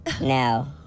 Now